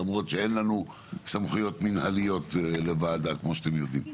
למרות שאין לוועדה סמכויות מינהליות כמו שאתם יודעים.